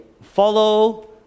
follow